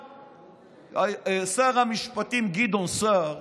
שר המשפטים גדעון סער